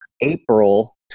April